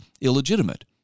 illegitimate